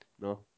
No